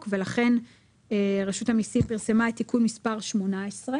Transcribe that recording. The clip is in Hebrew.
הצעת צו תעריף המכס והפטורים ומס קנייה על טובין (תיקון מס' 18),